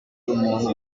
umuntu